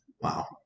Wow